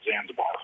Zanzibar